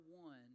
one